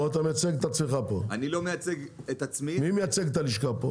אני לא מייצג את עצמי, אני מייצג את הלשכה.